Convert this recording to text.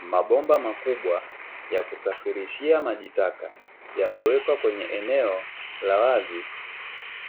Mabomba makubwa ya kusafirishia maji taka, yamewekwa kwenye eneo la wazi.